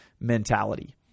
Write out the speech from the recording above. mentality